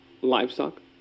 livestock